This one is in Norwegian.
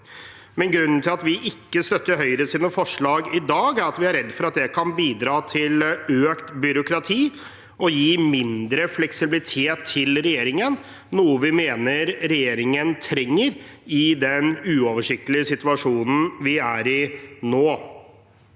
for. Grunnen til at vi ikke støtter Høyres forslag i dag, er at vi er redd for at det kan bidra til økt byråkrati og gi mindre fleksibilitet til regjeringen. Vi mener regjeringen trenger fleksibilitet i den uoversiktlige situasjonen vi er i nå.